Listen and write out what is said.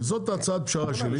זאת הצעת הפשרה שלי.